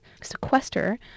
sequester